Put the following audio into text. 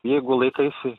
jeigu laikaisi